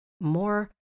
more